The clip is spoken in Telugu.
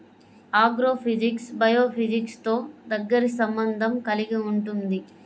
ఆగ్రోఫిజిక్స్ బయోఫిజిక్స్తో దగ్గరి సంబంధం కలిగి ఉంటుంది